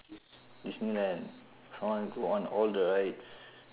disneyland I want go on all the rides